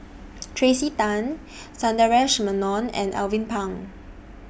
Tracey Tan Sundaresh Menon and Alvin Pang